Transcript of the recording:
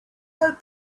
hoping